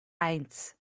eins